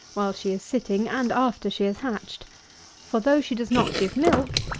while she is sitting and after she has hatched for though she does not give milk,